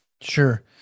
Sure